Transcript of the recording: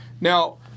Now